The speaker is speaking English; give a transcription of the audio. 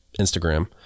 Instagram